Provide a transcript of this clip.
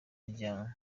rya